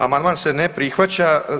Amandman se ne prihvaća.